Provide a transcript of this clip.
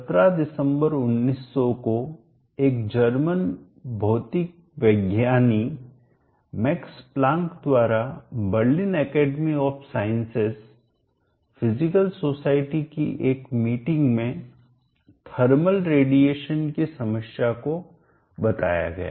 17 दिसंबर1900 को एक जर्मन भौतिक विज्ञानी मैक्स प्लांक द्वारा Berlin academy of sciences physical society की एक मीटिंग में थर्मल उष्णता रेडिएशनविकिरण की समस्या को बताया गया